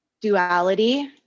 duality